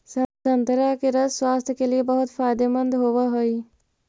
संतरा के रस स्वास्थ्य के लिए बहुत फायदेमंद होवऽ हइ